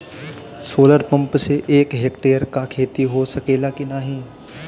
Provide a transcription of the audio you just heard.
Solar pump से एक hectare क खेती हो सकेला की नाहीं?